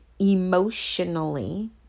emotionally